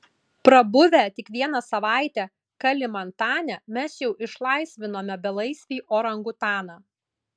prabuvę tik vieną savaitę kalimantane mes jau išlaisvinome belaisvį orangutaną